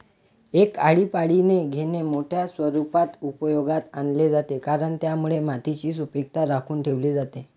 एक आळीपाळीने घेणे मोठ्या स्वरूपात उपयोगात आणले जाते, कारण त्यामुळे मातीची सुपीकता राखून ठेवली जाते